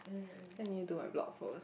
then need to do a blog post